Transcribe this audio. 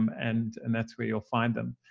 um and and that's where you'll find them.